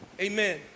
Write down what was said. Amen